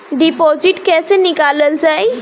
Deposit कैसे निकालल जाइ?